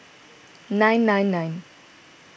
nine nine nine